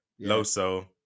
Loso